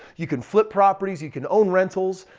you can flip properties, you can own rentals.